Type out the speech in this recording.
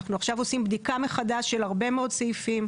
אנחנו עכשיו עושים בדיקה מחדש של הרבה מאוד סעיפים,